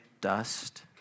dust